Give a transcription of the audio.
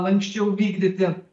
lanksčiau vykdyti